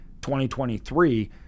2023